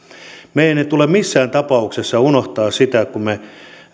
meidän ei tule missään tapauksessa unohtaa sitä kun me